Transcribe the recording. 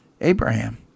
Abraham